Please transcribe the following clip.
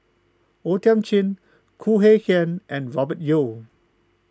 O Thiam Chin Khoo Kay Hian and Robert Yeo